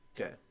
Okay